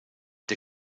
der